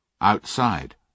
outside